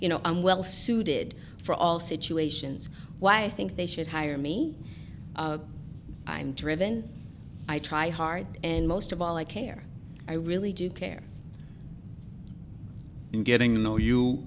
you know i'm well suited for all situations why i think they should hire me i i'm driven i try hard and most of all i care i really do care in getting to know you